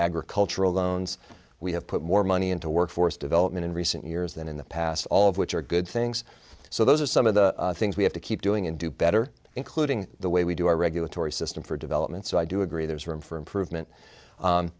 agricultural loans we have put more money into workforce development in recent years than in the past all of which are good things so those are some of the things we have to keep doing and do better including the way we do our regulatory system for development so i do agree there's room for improvement